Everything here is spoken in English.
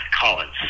Collins